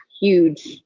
huge